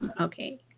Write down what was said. Okay